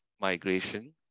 migration